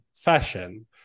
fashion